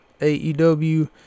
AEW